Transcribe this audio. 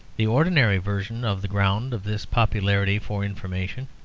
the ordinary version of the ground of this popularity for information,